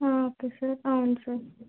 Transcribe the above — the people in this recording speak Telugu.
ఓకే సార్ అవును సార్